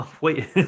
Wait